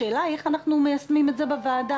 השאלה היא איך אנחנו מיישמים את זה בוועדה